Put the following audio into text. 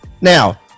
Now